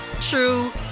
true